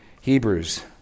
Hebrews